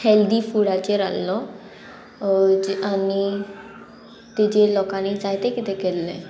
healthy फुडाचेर आहलो आनी तेजेर लोकांनी जायते कितें केल्ले